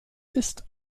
ist